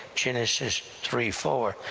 genesis three four,